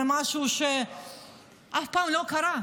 זה משהו שאף פעם לא קרה,